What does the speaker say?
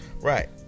Right